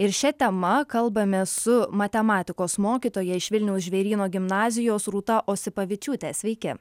ir šia tema kalbamės su matematikos mokytoja iš vilniaus žvėryno gimnazijos rūta osipavičiūte sveiki